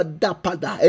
dapada